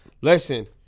Listen